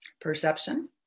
perception